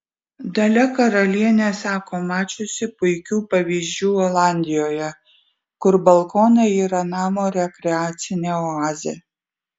dalia karalienė sako mačiusi puikių pavyzdžių olandijoje kur balkonai yra namo rekreacinė oazė